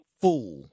fool